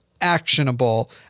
actionable